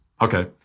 Okay